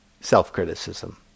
self-criticism